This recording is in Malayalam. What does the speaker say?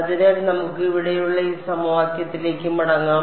അതിനാൽ നമുക്ക് ഇവിടെയുള്ള ഈ സമവാക്യത്തിലേക്ക് മടങ്ങാം